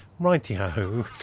Righty-ho